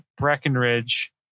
Breckenridge